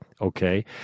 Okay